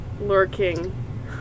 lurking